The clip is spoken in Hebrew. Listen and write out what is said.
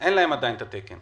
אין להם עדיין את התקן.